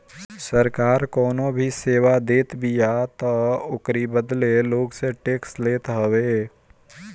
सरकार कवनो भी सेवा देतबिया तअ ओकरी बदले लोग से टेक्स लेत हवे